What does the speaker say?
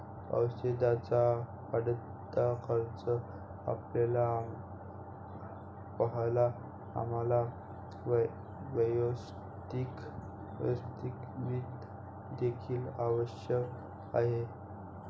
औषधाचा वाढता खर्च पाहता आम्हाला वैयक्तिक वित्त देखील आवश्यक आहे